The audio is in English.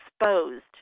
exposed